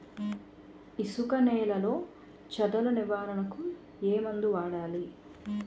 ఇసుక నేలలో చదల నివారణకు ఏ మందు వాడాలి?